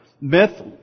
Myth